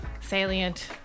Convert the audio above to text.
salient